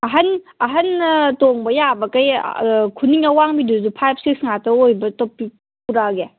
ꯑꯍꯟ ꯑꯍꯟꯅ ꯇꯣꯡꯕ ꯌꯥꯕ ꯈꯨꯅꯤꯡ ꯑꯋꯥꯟꯕꯤꯗꯨꯁꯨ ꯐꯥꯏꯚ ꯁꯤꯛꯁ ꯉꯥꯛꯇ ꯑꯣꯏꯕ ꯇꯣꯄꯤꯛ ꯄꯨꯔꯛꯑꯒꯦ